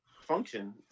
function